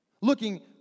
looking